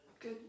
Good